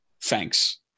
thanks